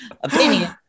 opinion